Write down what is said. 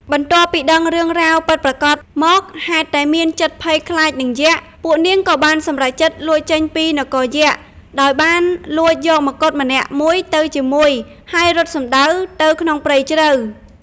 បន្ទាប់ពីដឹងរឿងរ៉ាវពិតប្រាកដមក ហេតុតែមានចិត្តភ័យខ្លាចនឹងយក្ស ពួកនាងក៏បានសម្រេចចិត្តលួចចេញពីនគរយក្ខ ដោយបានលួចយកម្កុដម្នាក់មួយទៅជាមួយ ហើយរត់សំដៅទៅក្នុងព្រៃជ្រៅ។